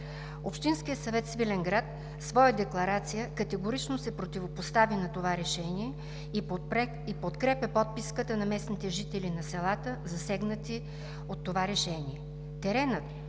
Общинският съвет в Свиленград в своя декларация категорично се противопостави на това решение и подкрепя подписката на местните жители на селата, засегнати от това решение. Теренът,